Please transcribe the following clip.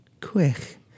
quick